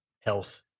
health